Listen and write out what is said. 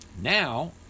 now